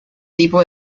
tipo